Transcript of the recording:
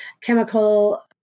chemical